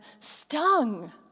stung